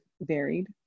varied